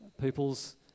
people's